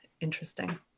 Interesting